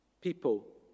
people